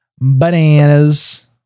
bananas